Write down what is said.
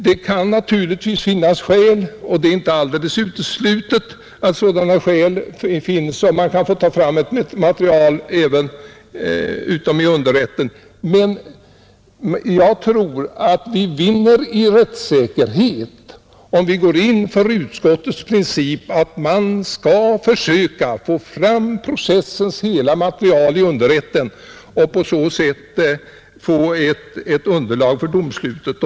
Det är givetvis inte helt uteslutet att man får fram nytt material i högre rätt, men jag tror att vi vinner i rättssäkerhet, om vi går in för utskottets princip att försöka få fram processens hela material i underrätten och därigenom skapa ett riktigt underlag för domslutet.